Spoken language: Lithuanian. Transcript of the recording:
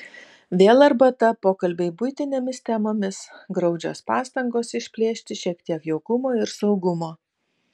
vėl arbata pokalbiai buitinėmis temomis graudžios pastangos išplėšti šiek tiek jaukumo ir saugumo